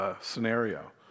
scenario